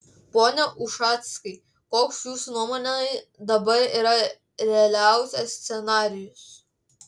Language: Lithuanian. pone ušackai koks jūsų nuomone dabar yra realiausias scenarijus